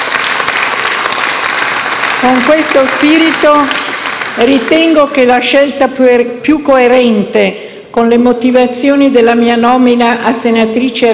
Con questo spirito, ritengo che la scelta più coerente con le motivazioni della mia nomina a senatrice a vita